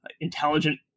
intelligent